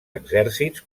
exèrcits